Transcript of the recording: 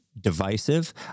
divisive